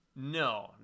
No